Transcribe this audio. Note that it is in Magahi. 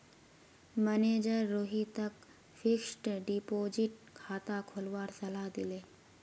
मनेजर रोहितक फ़िक्स्ड डिपॉज़िट खाता खोलवार सलाह दिले